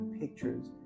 pictures